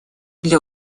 для